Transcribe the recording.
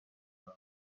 کنم